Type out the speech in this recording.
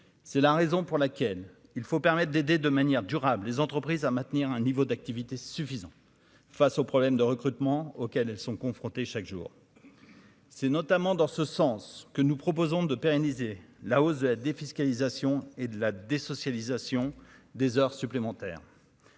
c'est la raison pour laquelle il faut permettre d'aider de manière durable, les entreprises à maintenir un niveau d'activité suffisant face aux problèmes de recrutement auxquels elles sont confrontées chaque jour, c'est notamment dans ce sens que nous proposons de pérenniser la hausse la défiscalisation et de la désocialisation des heures supplémentaires.